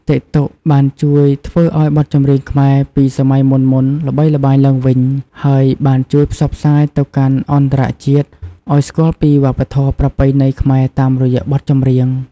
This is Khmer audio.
តិកតុក បានជួយធ្វើឲ្យបទចម្រៀងខ្មែរពីសម័យមុនៗល្បីល្បាញឡើងវិញ ហើយបានជួយផ្សព្វផ្សាយទៅកាន់អន្តរជាតិឲ្យស្គាល់ពីវប្បធម៌ប្រពៃណីខ្មែរតាមរយៈបទចម្រៀង។